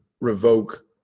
revoke